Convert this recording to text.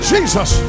Jesus